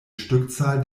stückzahl